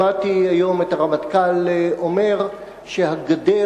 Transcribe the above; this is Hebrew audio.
שמעתי היום את הרמטכ"ל אומר שהגדר